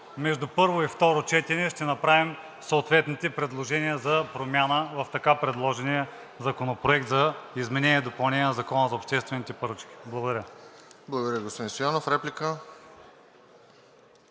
между първо и второ четене ще направим съответните предложения за промяна в така предложения законопроект за изменение и допълнение на Закона за обществените поръчки. Благодаря. ПРЕДСЕДАТЕЛ РОСЕН ЖЕЛЯЗКОВ: Благодаря, господин Стоянов. Реплика?